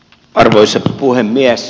arvoisa puhemies